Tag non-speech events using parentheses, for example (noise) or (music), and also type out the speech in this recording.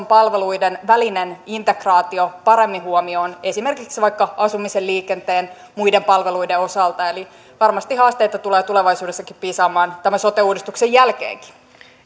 (unintelligible) palveluiden välinen integraatio paremmin huomioon esimerkiksi vaikka asumisen liikenteen muiden palveluiden osalta eli varmasti haasteita tulee tulevaisuudessakin piisaamaan tämän sote uudistuksen jälkeenkin